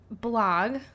blog